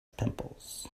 pimples